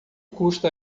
custa